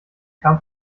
kam